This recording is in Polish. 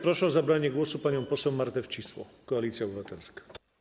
Proszę o zabranie głosu panią poseł Martę Wcisło, Koalicja Obywatelska.